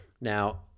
Now